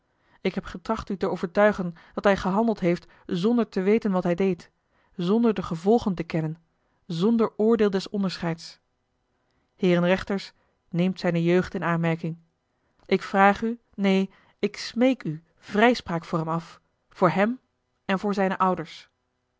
ik heb getracht u te overtuigen dat hij gehandeld heeft zonder te weten wat hij deed zonder de gevolgen te kennen zonder oordeel des onderscheids heeren rechters neemt zijne jeugd in aanmerking ik vraag u neen ik smeek u vrijspraak voor hem af voor hem en voor zijne ouders